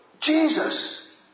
Jesus